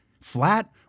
flat